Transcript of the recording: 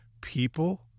people